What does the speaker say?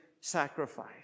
sacrifice